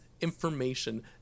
information